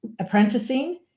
apprenticing